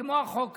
כמו החוק הזה.